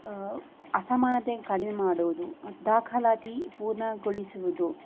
ಅಸಮಾನತೆಯನ್ನು ಕಡಿಮೆ ಮಾಡುವುದು ದಾಖಲಾತಿ ಪೂರ್ಣಗೊಳಿಸುವುದು